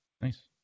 Nice